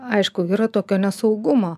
aišku yra tokio nesaugumo